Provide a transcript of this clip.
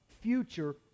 future